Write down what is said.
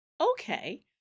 okay